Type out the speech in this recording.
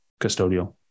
custodial